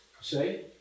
Say